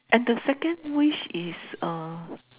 and the second wish is uh